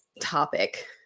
topic